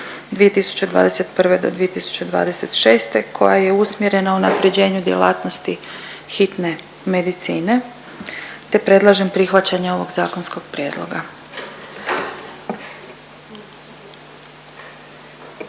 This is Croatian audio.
2021.-2026. koja je usmjerena unapređenju djelatnosti hitne medicine te predlažem prihvaćanje ovog zakonskog prijedloga.